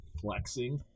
flexing